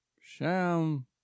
sham